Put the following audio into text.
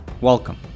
Welcome